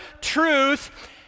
truth